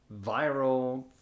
viral